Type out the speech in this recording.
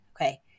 okay